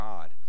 God